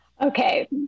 Okay